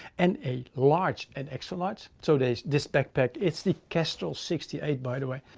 and a large and extra large. so there's this backpack. it's the kestrel sixty eight, by the way.